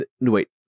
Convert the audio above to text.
wait